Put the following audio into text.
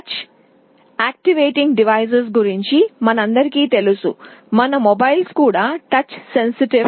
touch activating పరికరాల గురించి మనందరికీ తెలుసు మన మొబైల్స్ కూడా టచ్ సెన్సిటివ్